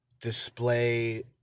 display